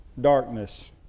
Darkness